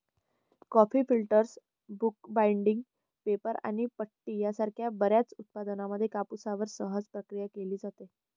coffee filters, book binding, paper आणि पट्टी यासारख्या बर्याच उत्पादनांमध्ये कापूसवर सहज प्रक्रिया केली जाते